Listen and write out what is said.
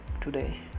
today